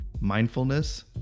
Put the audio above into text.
mindfulness